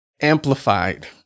amplified